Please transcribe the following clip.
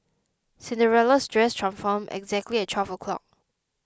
Cinderella's dress transformed exactly at twelve o'clock